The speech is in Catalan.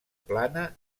plana